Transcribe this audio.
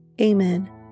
Amen